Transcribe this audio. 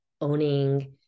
owning